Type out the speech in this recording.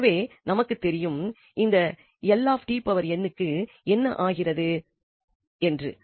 எனவே நமக்கு தெரியும் இந்த க்கு என்ன ஆகிறது என்று